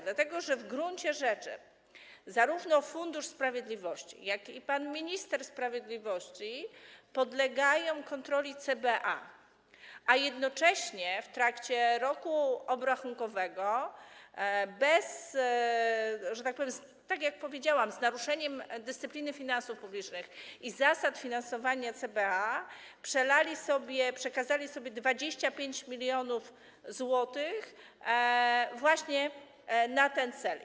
Dlatego że w gruncie rzeczy zarówno Fundusz Sprawiedliwości, jak i pan minister sprawiedliwości podlegają kontroli CBA, a jednocześnie w trakcie roku obrachunkowego, że tak powiem, tak jak powiedziałam, z naruszeniem dyscypliny finansów publicznych i zasad finansowania CBA przelali, przekazali sobie 25 mln zł właśnie na ten cel.